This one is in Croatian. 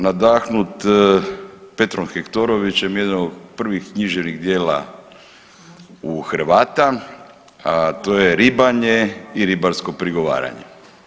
Nadahnut Petrom Hektorovićem, jednim od prvih književnih djela u Hrvata, a to je Ribanje i ribarsko prigovaranje.